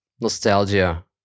nostalgia